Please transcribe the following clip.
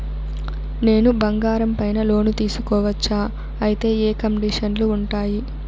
నేను బంగారం పైన లోను తీసుకోవచ్చా? అయితే ఏ కండిషన్లు ఉంటాయి?